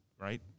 right